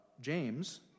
James